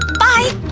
bye!